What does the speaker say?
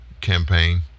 campaign